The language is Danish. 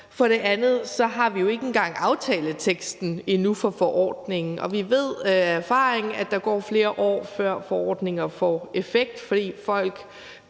og vi har jo ikke engang aftaleteksten for forordningen endnu. Vi ved af erfaring, at der går flere år, før forordninger får effekt, fordi